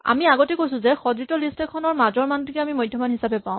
আমি আগতে কৈছো যে সজ্জিত লিষ্ট এখনৰ মাজৰ মানটোক আমি মধ্যমান হিচাপে পাওঁ